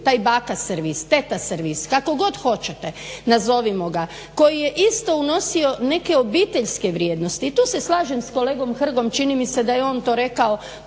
taj baka servis, teta servis, kako god hoćete nazovimo ga, koji je isto unosio neke obiteljske vrijednosti i tu se slažem s kolegom Hrgom čini mi se da je on to rekao,